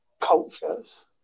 cultures